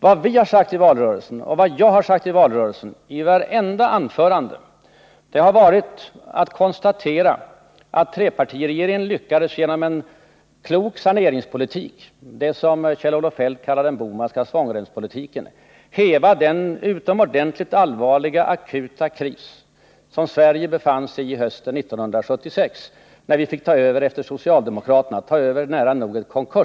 Jag har i vartenda anförande i valrörelsen konstaterat att trepartiregeringen genom en klok saneringspolitik — det som Kjell-Olof Feldt kallar den Bohmanska svångremspolitiken — lyckades häva den utomordentligt allvarliga akuta kris som Sverige befann sig i hösten 1976, när vi fick ta över nära nog ett konkursbo efter socialdemokraterna.